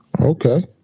Okay